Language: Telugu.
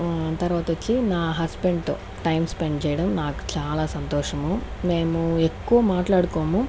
తర్వాతొచ్చి నా హస్బెండ్ తో టైం స్పెండ్ చేయడం నాకు చాలా సంతోషము మేము ఎక్కువ మాట్లాడుకోము